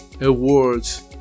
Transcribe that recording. awards